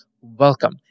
welcome